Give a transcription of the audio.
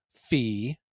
fee